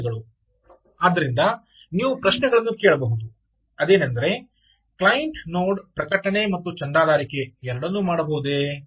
ಆದ್ದರಿಂದ ನೀವು ಪ್ರಶ್ನೆಗಳನ್ನು ಕೇಳಬಹುದು ಅದೇನೆಂದರೆ ಕ್ಲೈಂಟ್ ನೋಡ್ ಪ್ರಕಟಣೆ ಮತ್ತು ಚಂದಾದಾರಿಕೆ ಎರಡನ್ನೂ ಮಾಡಬಹುದೇ